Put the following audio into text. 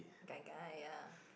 gai-gai ya